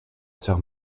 sœur